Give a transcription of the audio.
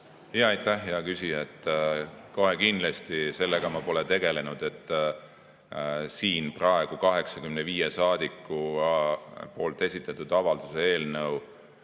Aitäh, hea küsija! Kohe kindlasti sellega ma pole tegelenud. Siin praegu 85 saadiku esitatud avalduse eelnõu